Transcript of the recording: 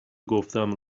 گفتم